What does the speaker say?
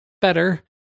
better